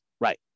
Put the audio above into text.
Right